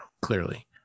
clearly